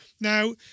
Now